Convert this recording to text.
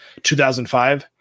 2005